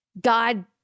god